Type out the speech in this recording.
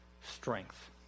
strength